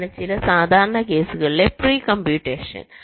ഇതാണ് ചില സാധാരണ കേസുകളിലെ പ്രീ കംപ്യൂട്ടേഷൻ